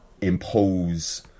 impose